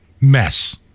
mess